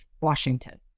Washington